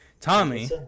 Tommy